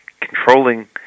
controlling